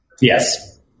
Yes